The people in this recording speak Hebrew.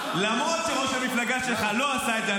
למרות שראש המפלגה שלך לא עשה את זה,